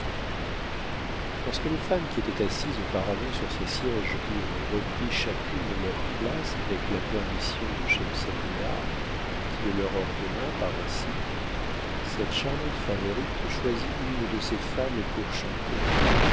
lorsque les femmes qui étaient assises auparavant sur ces sièges eurent repris chacune leur place avec la permission de schemseinibar qui le leur ordonna par un signe cette charmante favorite choisit une de ces femmes pour chanter